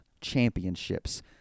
Championships